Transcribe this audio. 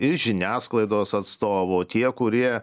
ir žiniasklaidos atstovų tie kurie